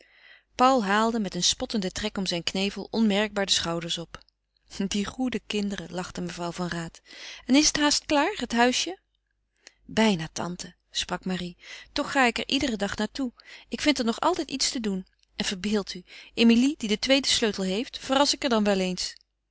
paul haalde met een spottenden trek om zijn knevel onmerkbaar de schouders op die goede kinderen lachte mevrouw van raat en is het haast klaar het huisje bijna tante sprak marie toch ga ik er iederen dag naar toe ik vind er nog altijd iets te doen en verbeeld u emilie die den tweeden sleutel heeft verras ik er dan wel eens